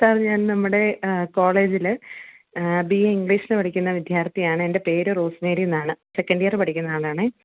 sir ഞാൻ നമ്മുടെ കോളേജിൽ ബി എ ഇംഗ്ലീഷിന് പഠിക്കുന്ന വിദ്യാർത്ഥിയാണ് എന്റെ പേര് റോസ്മേരി എന്നാണ് സെക്കൻഡ് ഇയർ പഠിക്കുന്ന ആളാണേ